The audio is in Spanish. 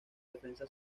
defensa